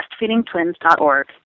breastfeedingtwins.org